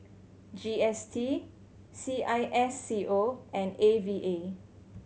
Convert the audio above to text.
G S T C I S C O and A V A